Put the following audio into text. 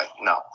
no